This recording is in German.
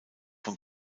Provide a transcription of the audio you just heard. von